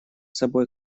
собой